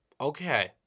Okay